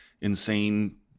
insane